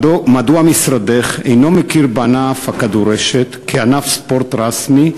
מדוע משרדך אינו מכיר בענף הכדורשת כענף ספורט רשמי,